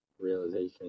realization